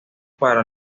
para